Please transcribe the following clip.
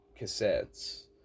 cassettes